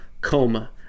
COMA